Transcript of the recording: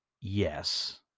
yes